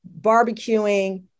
barbecuing